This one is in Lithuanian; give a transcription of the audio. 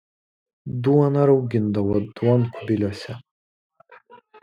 duoną raugindavo duonkubiliuose